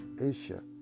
Asia